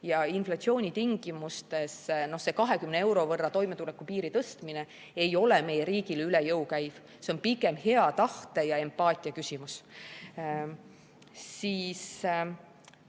Ja inflatsiooni tingimustes 20 euro võrra toimetulekupiiri tõstmine ei ole meie riigile üle jõu käiv, see on pigem hea tahte ja empaatia küsimus.